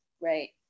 right